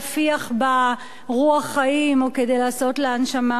רוח חיים או כדי לעשות לה הנשמה מלאכותית.